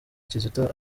kizito